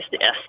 yes